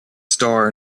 star